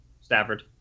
Stafford